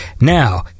Now